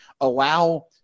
allow –